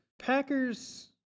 Packers